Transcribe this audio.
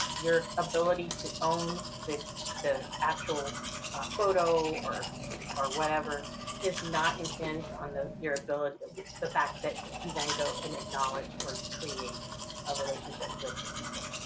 your ability to own the the actual photo or or whatever is not impinged on the your ability the fact that you then go and acknowledge or create a relationship with the people.